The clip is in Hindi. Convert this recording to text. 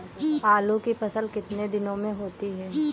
आलू की फसल कितने दिनों में होती है?